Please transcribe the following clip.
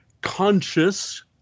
conscious